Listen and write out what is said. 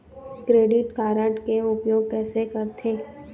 Credit card के उपयोग कैसे करथे?